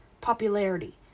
popularity